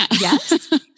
Yes